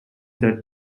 that